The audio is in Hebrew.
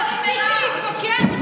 תפסיקי להתווכח איתי.